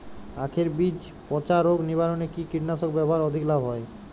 আঁখের বীজ পচা রোগ নিবারণে কি কীটনাশক ব্যবহারে অধিক লাভ হয়?